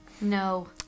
No